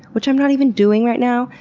which i'm not even doing right now,